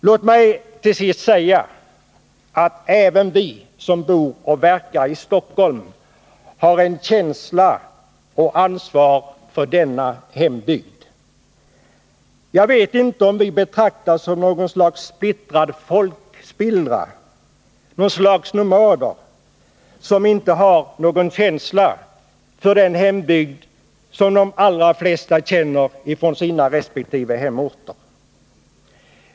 Låt mig till sist säga att även vi som bor och verkar i Stockholm har känsla och ansvar för denna hembygd. Jag vet inte om vi betraktas som en splittrad folkspillra, något slag av nomader som inte har någon känsla för denna hembygd på samma sätt som de allra flesta känner för sina resp. hemorter.